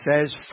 says